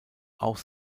auch